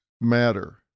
matter